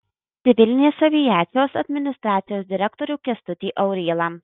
civilinės aviacijos administracijos direktorių kęstutį aurylą